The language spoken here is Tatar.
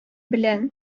белән